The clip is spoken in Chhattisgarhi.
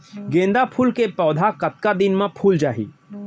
गेंदा फूल के पौधा कतका दिन मा फुल जाही?